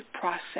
process